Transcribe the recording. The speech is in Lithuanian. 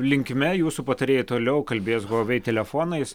linkme jūsų patarėjai toliau kalbės huawei telefonais